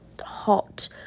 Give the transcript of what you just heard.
hot